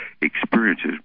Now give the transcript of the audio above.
experiences